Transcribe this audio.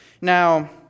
Now